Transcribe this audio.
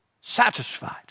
satisfied